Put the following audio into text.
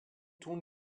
tun